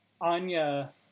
Anya